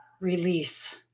release